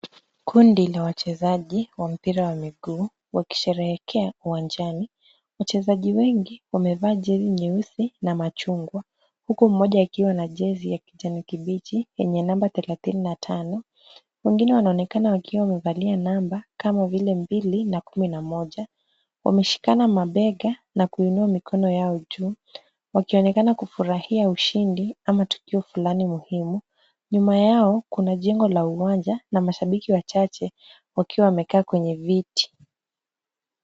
Kundi la wachezaji wa mpira wa miguu wakisherehekea uwanjani. Wachezaji wengi wamevaa jezi nyeusi na machungwa, huku mmoja akiwa na jezi ya kijani kibichi yenye namba 35. Wengine wanaonekana wakiwa wamevalia namba kama vile mbili na kumi na moja. Wameshikana mabega na kuinua mikono yao juu. Wakionekana kufurahia ushindi ama tukio fulani muhimu. Nyuma yao kuna jengo la uwanja na mashabiki wachache wakiwa wamekaa kwenye viti.